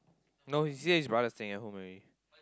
no he say his brother is staying at home already